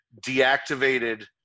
deactivated